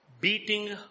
beating